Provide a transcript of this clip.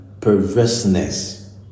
perverseness